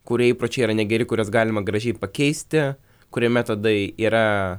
kurie įpročiai yra negeri kuriuos galima gražiai pakeisti kurie metodai yra